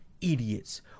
idiots